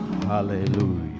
Hallelujah